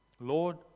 Lord